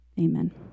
Amen